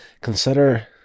consider